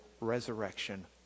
resurrection